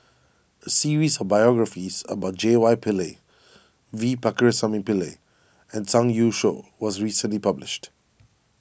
a series of biographies about J Y Pillay V Pakirisamy Pillai and Zhang Youshuo was recently published